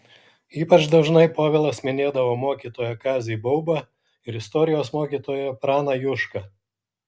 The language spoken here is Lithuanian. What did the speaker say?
ypač dažnai povilas minėdavo mokytoją kazį baubą ir istorijos mokytoją praną jušką